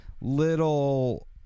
little